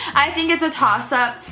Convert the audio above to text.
i think it's a toss-up.